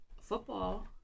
football